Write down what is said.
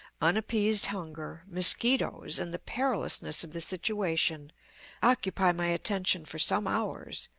unappeased hunger, mosquitoes, and the perilousness of the situation occupy my attention for some hours,